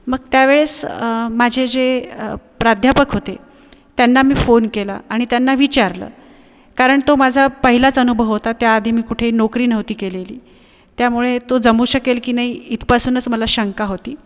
मग त्या वेळेस माझे जे प्राध्यापक होते त्यांना मी फोन केला आणि त्यांना विचारलं कारण तो माझा पहिलाच अनुभव होता त्याआधी मी कुठे नोकरी नव्हती केलेली त्यामुळे तो जमू शकेल की नाही इथपासूनच मला शंका होती